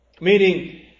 Meaning